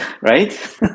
Right